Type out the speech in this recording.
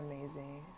amazing